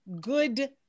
good